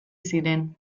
ziren